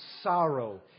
sorrow